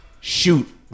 shoot